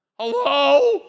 Hello